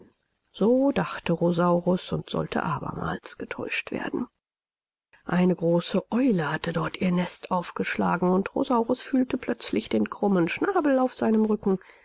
so dachte rosaurus und sollte abermals getäuscht werden eine große eule hatte dort ihr nest aufgeschlagen und rosaurus fühlte plötzlich den krummen schnabel auf seinem rücken